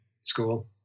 school